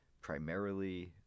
Primarily